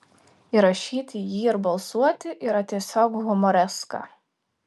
įrašyti jį ir balsuoti yra tiesiog humoreska